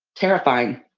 terrifying